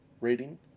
rating